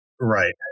right